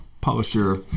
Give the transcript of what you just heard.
publisher